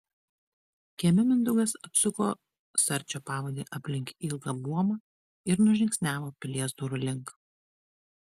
kieme mindaugas apsuko sarčio pavadį aplink ilgą buomą ir nužingsniavo pilies durų link